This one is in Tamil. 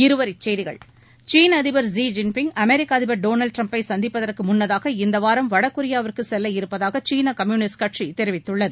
இருவரிச்செய்திகள் சீன அதிபர் லீ ஜின்பிங் அமெரிக்க அதிபர் டொனால்ட் ட்ரம்பை சந்திப்பதற்கு முன்னதாக இந்தவாரம் வடகொரியாவுக்கு செல்ல இருப்பதாக சீன கம்யூனிஸ்ட் கட்சி தெரிவித்துள்ளது